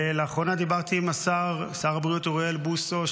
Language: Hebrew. לאחרונה דיברתי עם שר הבריאות אוריאל בוסו,